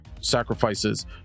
sacrifices